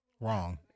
Wrong